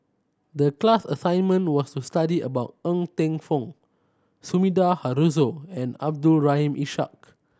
the class assignment was to study about Ng Teng Fong Sumida Haruzo and Abdul Rahim Ishak